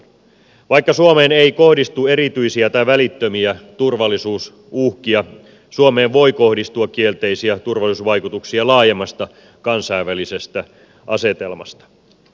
vaikka suomeen ei kohdistu erityisiä tai välittömiä turvallisuusuhkia suomeen voi kohdistua kielteisiä turvallisuusvaikutuksia laajemmasta kansainvälisestä asetelmasta